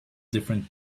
different